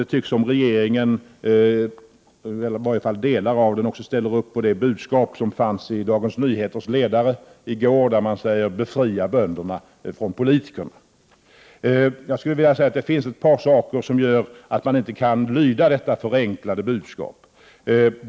Det tycks som om regeringen, eller i varje fall delar av den, också ställer upp på det budskap som fanns i Dagens Nyheters ledare i går, där man sade: Befria bönderna från politikerna! Det finns ett par saker som gör att man inte kan lyda detta förenklade budskap.